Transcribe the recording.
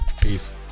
Peace